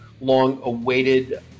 long-awaited